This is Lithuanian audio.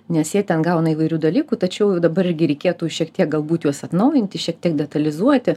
nes jie ten gauna įvairių dalykų tačiau dabar irgi reikėtų šiek tiek galbūt juos atnaujinti šiek tiek detalizuoti